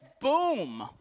Boom